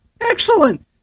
excellent